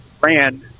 ran